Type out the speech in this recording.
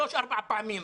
שלוש ארבע פעמים.